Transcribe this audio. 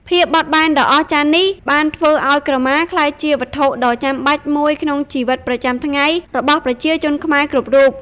ភាពបត់បែនដ៏អស្ចារ្យនេះបានធ្វើឲ្យក្រមាក្លាយជាវត្ថុដ៏ចាំបាច់មួយក្នុងជីវិតប្រចាំថ្ងៃរបស់ប្រជាជនខ្មែរគ្រប់រូប។